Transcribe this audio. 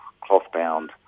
cloth-bound